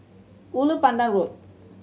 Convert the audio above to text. Ulu Pandan Road